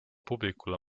publikule